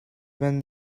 when